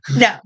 No